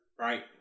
Right